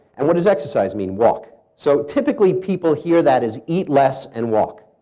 and what does exercise mean? walk. so, typically, people hear that as eat less and walk.